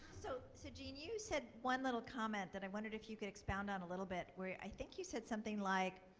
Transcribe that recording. so gene, you said one little comment that i wondered if you can expound on a little bit. where i think you said something like,